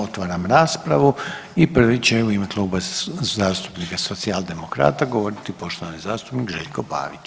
Otvaram raspravu i prvi će u ime Kluba zastupnika Socijaldemokrata govoriti poštovani zastupnik Željko Pavić.